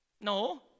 No